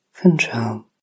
control